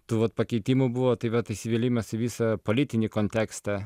tą vat pakeitimų buvo tai vat įsivėlimas į visą politinį kontekstą